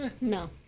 No